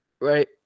Right